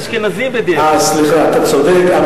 סליחה, אתה צודק.